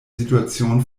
situation